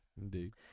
Indeed